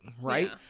right